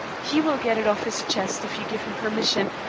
he will get it off his chest if you give him permission,